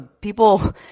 people